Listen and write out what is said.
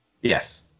Yes